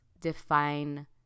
define